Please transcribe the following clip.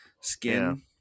skin